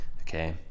okay